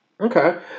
Okay